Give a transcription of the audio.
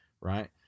right